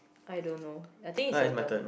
I don't know I think it's your turn